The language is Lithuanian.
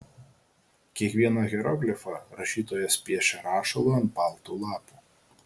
kiekvieną hieroglifą rašytojas piešia rašalu ant balto lapo